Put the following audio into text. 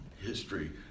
history